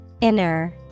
Inner